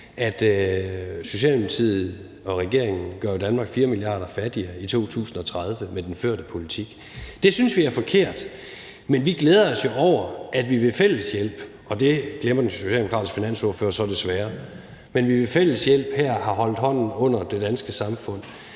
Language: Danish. at Socialdemokratiet og regeringen gør Danmark 4 mia. kr. fattigere i 2030 med den førte politik. Det synes vi er forkert. Men vi glæder os jo over, at vi ved fælles hjælp – og det glemmer den socialdemokratiske finansordfører så desværre – har holdt hånden under det danske samfund